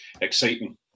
Exciting